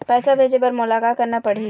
पैसा भेजे बर मोला का करना पड़ही?